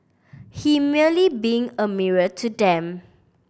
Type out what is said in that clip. he merely being a mirror to them